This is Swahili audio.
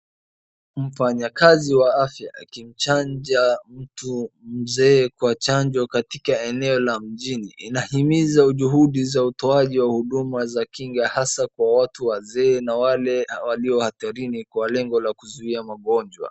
Mfanyakazi wa afya akimchanja mtu mzee kwa chanjo katika eneo la mjini. Inahimiza juhudi za utoaji wa huduma za kinga Hasa kwa watu wazee na wale waliohatarini kwa lengo la kuzuia magonjwa.